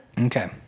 Okay